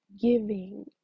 giving